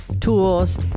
tools